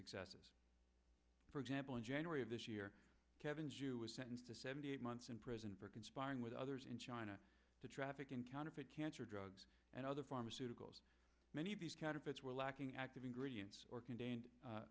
successes for example in january of this year kevin jew was sentenced to seventy eight months in prison for conspiring with others in china to traffic in counterfeit cancer drugs and other pharmaceuticals many of these counterfeits were lacking active ingredients or contained u